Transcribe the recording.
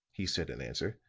he said, in answer,